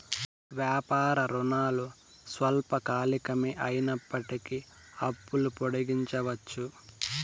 వ్యాపార రుణాలు స్వల్పకాలికమే అయినప్పటికీ అప్పులు పొడిగించవచ్చు